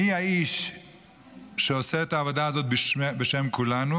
מי האיש שעושה את העבודה הזאת בשם כולנו?